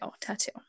tattoo